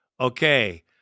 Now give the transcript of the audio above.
Okay